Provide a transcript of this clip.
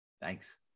Thanks